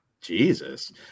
Jesus